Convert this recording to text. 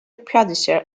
producer